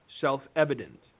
self-evident